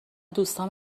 دوستام